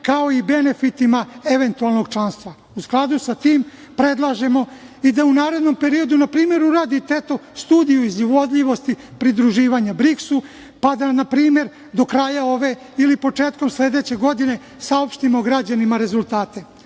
kao i benefitima eventualnog članstva. U skladu sa tim predlažemo da i u narednom periodu, primera radi, studiju izvodljivosti pridruživanja BRIKS-u, pa da npr. do kraja ove ili početkom sledeće godine saopštimo građanima rezultate.